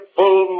full